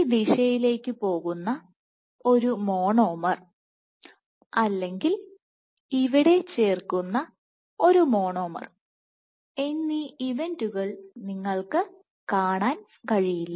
ഈ ദിശയിലേക്ക് പോകുന്ന ഒരു മോണോമർ അല്ലെങ്കിൽ ഇവിടെ ചേർക്കുന്ന ഒരു മോണോമർ എന്നീ ഇവൻറുകൾ നിങ്ങൾക്ക് കാണാൻ കഴിയില്ല